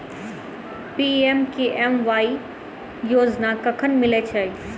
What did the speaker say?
PMKMY योजना कखन मिलय छै?